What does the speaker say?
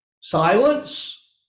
Silence